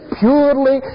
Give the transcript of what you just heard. purely